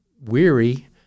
weary